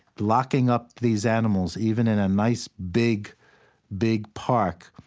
locking up these animals even in a nice, big big park